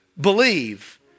believe